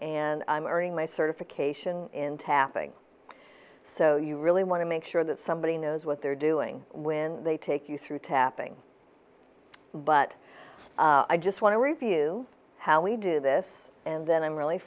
and i'm earning my certification in tapping so you really want to make sure that somebody knows what they're doing when they take you through tapping but i just want to review how we do this and then i'm really